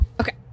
Okay